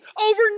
over